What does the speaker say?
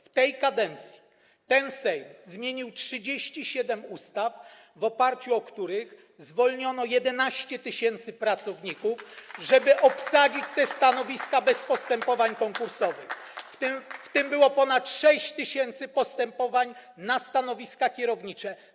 W tej kadencji ten Sejm zmienił 37 ustaw, w oparciu o które zwolniono 11 tys. pracowników, żeby obsadzić te stanowiska bez postępowań konkursowych, w tym było ponad 6 tys. postępowań na stanowiska kierownicze.